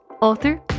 author